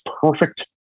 perfect